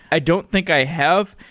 i don't think i have,